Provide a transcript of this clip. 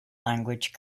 language